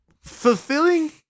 fulfilling